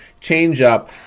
changeup